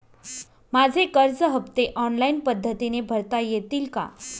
माझे कर्ज हफ्ते ऑनलाईन पद्धतीने भरता येतील का?